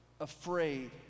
afraid